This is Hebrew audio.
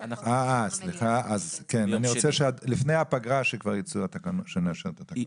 סליחה, אז אני רוצה שלפני הפגרה שנאשר את התקנות.